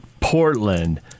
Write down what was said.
Portland